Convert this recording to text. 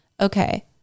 Okay